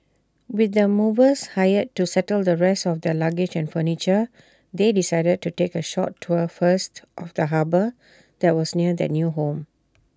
with the movers hired to settle the rest of their luggage and furniture they decided to take A short tour first of the harbour that was near their new home